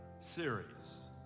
series